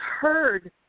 heard